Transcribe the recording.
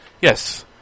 Yes